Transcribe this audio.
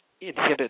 inhibit